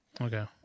okay